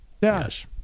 Yes